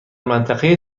منطقه